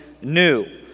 new